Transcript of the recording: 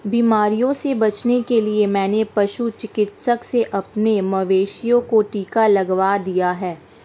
बीमारियों से बचने के लिए मैंने पशु चिकित्सक से अपने मवेशियों को टिका लगवा दिया है